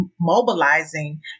mobilizing